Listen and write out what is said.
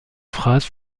phrase